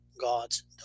God's